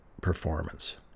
performance